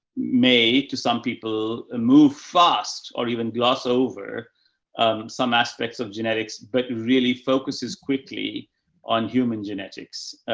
may to some people move fast or even gloss over um some aspects of genetics, but really focuses quickly on human genetics.